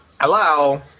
Hello